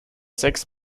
sechs